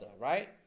right